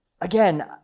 Again